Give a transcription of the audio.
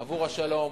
עבור השלום.